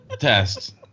test